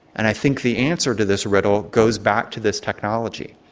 and i think the answer to this riddle goes back to this technology.